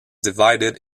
divided